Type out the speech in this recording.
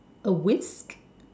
a whisk